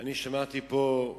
אני שמעתי פה,